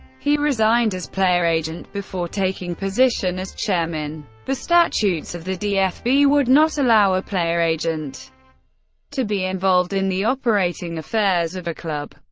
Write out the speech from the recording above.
he resigned as player agent, before taking position as chairman. the statutes of the dfb would not allow a player agent to be involved in the operating affairs of a club.